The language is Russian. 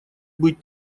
быть